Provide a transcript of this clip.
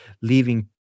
leaving